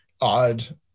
odd